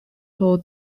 toll